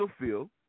feel